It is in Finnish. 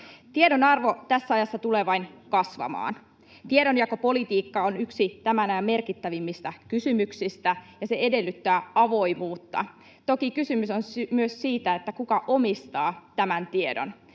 Tiedon arvo tässä ajassa tulee vain kasvamaan. Tiedonjakopolitiikka on yksi tämän ajan merkittävimmistä kysymyksistä, ja se edellyttää avoimuutta. Toki kysymys on myös siitä, kuka omistaa tämän tiedon.